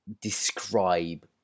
describe